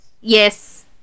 Yes